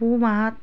পুহ মাহত